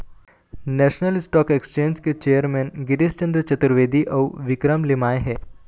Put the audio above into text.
national Stock Exchange के chairman Girish Chandra Chaturvedi अउ विक्रम लिमाय हे